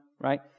right